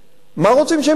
מה רוצים שהם יעשו?